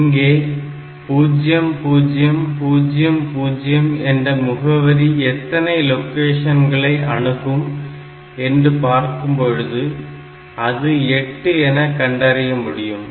இங்கே 0000 என்ற முகவரி எத்தனை லொகேஷன்களை அணுகும் என்று பார்க்கும்பொழுது அது 8 என கண்டறிய முடியும்